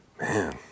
Man